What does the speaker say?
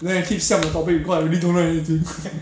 then I keep siam the topic because I really don't know anything